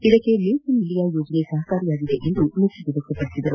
ಇದಕ್ಕೆ make in India ಯೋಜನೆ ಸಹಕಾರಿಯಾಗಿದೆ ಎಂದು ಮೆಚ್ಚುಗೆ ವ್ಯಕ್ತಪಡಿಸಿದರು